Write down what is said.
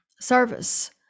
service